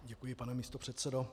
Děkuji, pane místopředsedo.